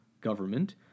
government